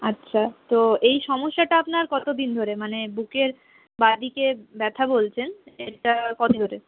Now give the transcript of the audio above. আচ্ছা তো এই সমস্যাটা আপনার কতদিন ধরে মানে বুকের বাঁ দিকে ব্যথা বলছেন এটা কতদিন ধরে